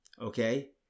okay